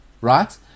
right